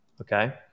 Okay